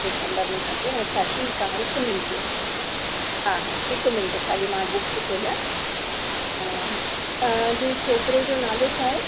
डिसंबर में खपे अच्छा ठीकु आहे हिकु मिंट हा हा हिकु मिंट ख़ाली मां बुक्स खोलिया तव्हांजे छोकिरे जो नालो छा आहे